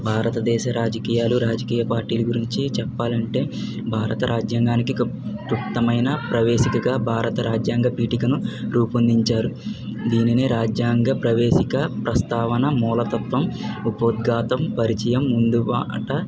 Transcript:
భారతదేశ రాజకీయాలు రాజకీయ పార్టీల గురించి చెప్పాలంటే భారత రాజ్యాంగానికి క్లుప్తమైన ప్రవేశికగా భారత రాజ్యాంగ పీఠికను రూపొందించారు దీనిని రాజ్యాంగ ప్రవేశిక ప్రస్తావన మూలతత్వం ఉపోద్గాతం పరిచయం ముందు బాట